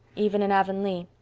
even in avonlea.